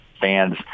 fans